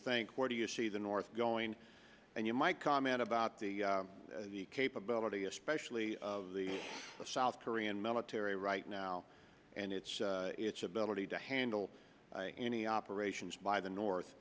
think what do you see the north going and you might comment about the capability especially of the south korean military right now and its its ability to handle any operations by the north